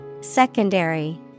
Secondary